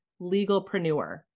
Legalpreneur